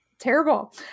terrible